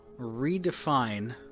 redefine